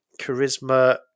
charisma